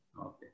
Okay